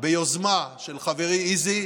ביוזמה של חברי איזי,